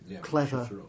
clever